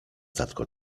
tatko